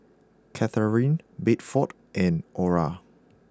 Catharine Bedford and Ora